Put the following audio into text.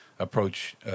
approach